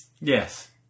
Yes